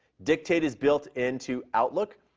dictate is built into outlook,